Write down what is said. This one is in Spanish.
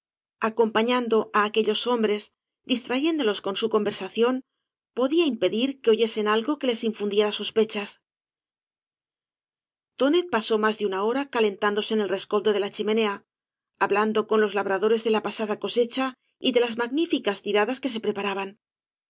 acompafiando á aquellos hombres distrayéndolos con su codversacióa podía impedir que oyesen algo que les iofundiera iospechas tooet pasó más de una hora caledíáfidobe en el rescoldo de la chimenea hablando con loa la bradores de la pasada cosecha y de las magnificaa tiradas que se preparaban